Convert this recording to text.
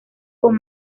con